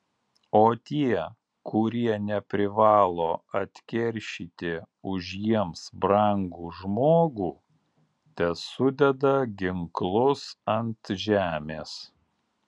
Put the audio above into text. o tie kurie neprivalo atkeršyti už jiems brangų žmogų tesudeda ginklus ant žemės